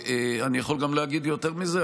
הרפורמה, אני יכול גם להגיד יותר מזה.